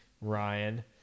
Ryan